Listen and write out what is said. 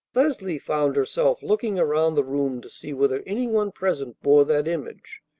leslie found herself looking around the room to see whether any one present bore that image,